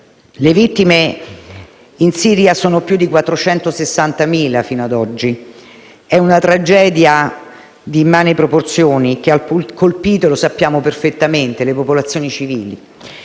Le vittime in Siria sono più di 460.000 fino ad oggi: è una tragedia di immani proporzioni che ha colpito, come sappiamo perfettamente, le popolazioni civili.